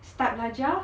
start belajar